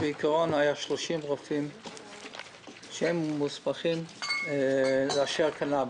היו 30 רופאים שהוסמכו לאשר קנאביס.